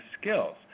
skills